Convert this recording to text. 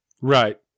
right